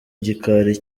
gikari